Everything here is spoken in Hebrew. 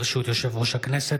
ברשות יושב-ראש הכנסת,